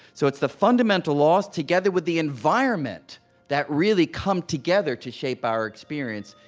so, it's the fundamental laws together with the environment that really come together to shape our experience,